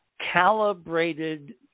calibrated